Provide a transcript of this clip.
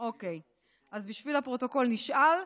אז בשביל הפרוטוקול נשאל.